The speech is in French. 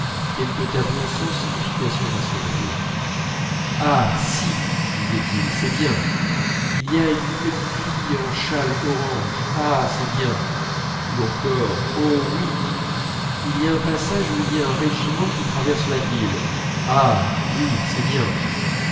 quelque tableau sans signification rationnelle ah si disait-il c'est bien il y a une petite fille en châle orange ah c'est bien ou encore oh oui il y a un passage où il y a un régiment qui traverse la ville ah oui c'est bien